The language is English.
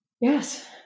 Yes